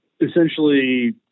essentially